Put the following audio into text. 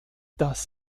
das